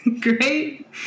Great